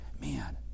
Man